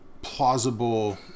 plausible